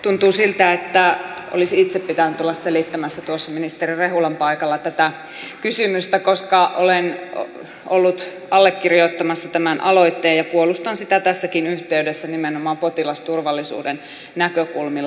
tuntuu siltä että olisi itse pitänyt olla selittämässä tuossa ministeri rehulan paikalla tätä kysymystä koska olen ollut allekirjoittamassa tämän asetuksen ja puolustan sitä tässäkin yhteydessä nimenomaan potilasturvallisuuden näkökulmilla